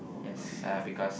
yes uh because